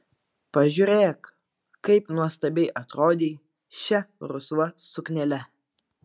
pažiūrėk kaip nuostabiai atrodei šia rusva suknele